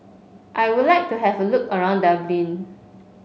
I would like to have a look around Dublin